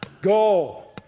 Go